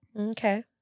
Okay